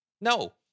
No